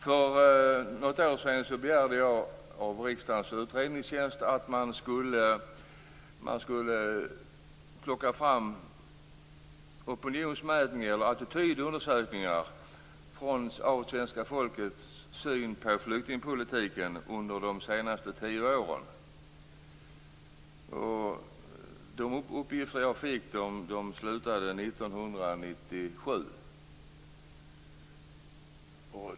För något år sedan begärde jag att riksdagens utredningstjänst skulle plocka fram opinionsmätningar och attitydsundersökningar om svenska folkets syn på flyktingpolitiken under de senaste tio åren. De uppgifter jag fick slutade 1997.